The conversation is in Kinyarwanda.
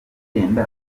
yenda